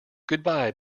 goodbye